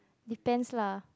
depends lah